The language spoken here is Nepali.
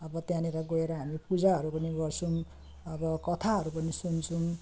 अब त्यहाँनिर गएर हामी पूजाहरू पनि गर्छौँ अब कथाहरू पनि सुन्छौँ